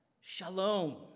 shalom